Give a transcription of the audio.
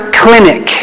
clinic